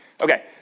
okay